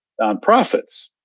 nonprofits